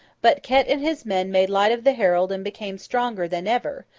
but, ket and his men made light of the herald and became stronger than ever,